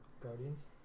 Guardians